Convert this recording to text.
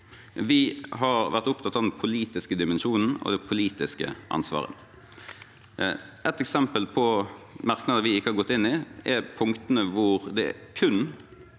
Vi har vært opptatt av den politiske dimensjonen og det politiske ansvaret. Eksempler på merknader vi ikke har gått inn, er punktene hvor det kun er